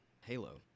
Halo